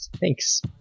Thanks